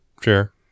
sure